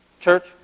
church